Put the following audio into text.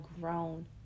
grown